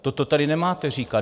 Toto tady nemáte říkat.